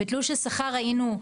בתלוש השכר ראינו,